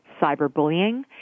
cyberbullying